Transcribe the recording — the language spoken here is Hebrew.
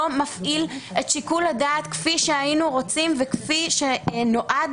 מפעיל את שיקול הדעת כפי שהיינו רוצים וכפי שהוא נועד,